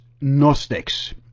Gnostics